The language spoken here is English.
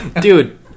dude